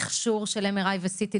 מכשור של MRI ו-CT,